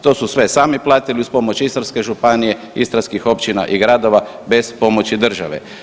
To su sve sami platili uz pomoć Istarske županije, istarskih općina i gradova bez pomoći države.